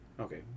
Okay